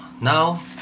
now